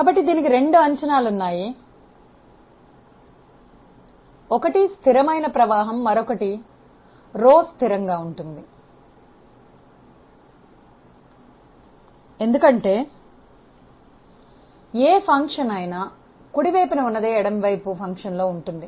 కాబట్టి దీనికి రెండు అంచనాలు ఉన్నాయి ఒకటి స్థిరమైన ప్రవాహం మరొకటి రో స్థిరంగా ఉంటుంది ఎందుకంటే మీరు కలిగి ఉన్న లేదా తక్కువగా ఉన్న ఏ ఫంక్షన్ అయినా కుడి వైపున ఉన్నదే ఎడమ వైపు ఫంక్షన్ ఉంటుంది